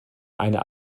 eine